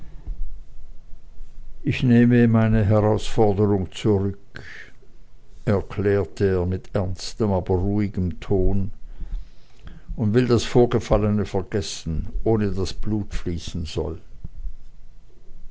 ich nehme meine herausforderung zurück er klärte er mit ernstem aber ruhigem tone und will das vorgefallene vergessen ohne daß blut fließen soll